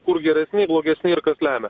kur geresni blogesni ir kas lemia